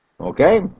Okay